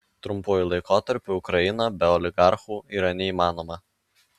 trumpuoju laikotarpiu ukraina be oligarchų yra neįmanoma